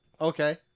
Okay